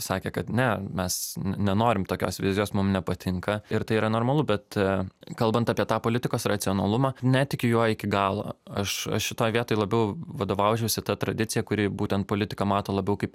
sakė kad ne mes ne nenorim tokios vizijos mum nepatinka ir tai yra normalu bet kalbant apie tą politikos racionalumą netikiu juo iki galo aš aš šitoj vietoj labiau vadovaučiausi ta tradicija kuri būtent politiką mato labiau kaip